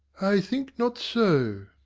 i think not so.